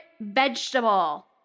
vegetable